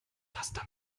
laster